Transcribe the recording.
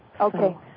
Okay